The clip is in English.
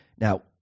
Now